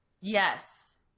yes